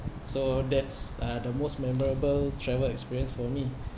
so that's uh the most memorable travel experience for me